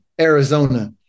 Arizona